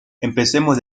empecemos